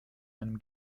einem